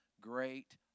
great